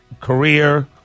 career